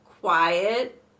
Quiet